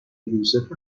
یوسف